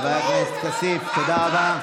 חבר הכנסת כסיף, תודה רבה.